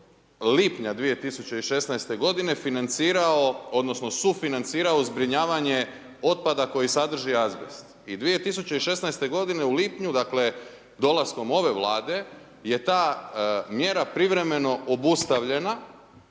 financirao odnosno sufinancirao zbrinjavanje otpada koji sadrži azbest. I 2016. godine u lipnju, dakle dolaskom ove Vlade je ta mjera privremeno obustavljena